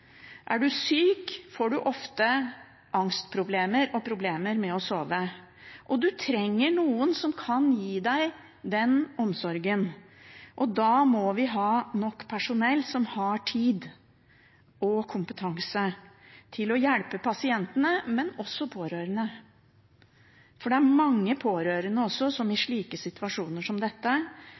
Er man syk, får man ofte angstproblemer og problemer med å sove. Man trenger noen som kan gi en den omsorgen. Da må vi ha nok personell som har tid og kompetanse til å hjelpe pasientene, men også de pårørende. Det er også mange pårørende som i situasjoner som dette